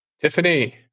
Tiffany